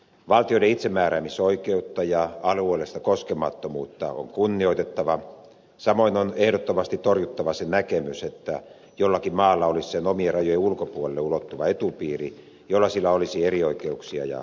valtioiden itsemääräämisoikeutta ja alueellista koskemattomuutta on kunnioitettava samoin on ehdottomasti torjuttava se näkemys että jollakin maalla olisi sen omien rajojen ulkopuolelle ulottuva etupiiri jolla sillä olisi erioikeuksia ja vapauksia